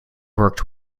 worked